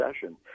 session